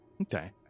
Okay